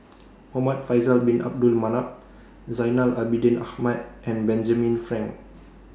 Muhamad Faisal Bin Abdul Manap Zainal Abidin Ahmad and Benjamin Frank